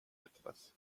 etwas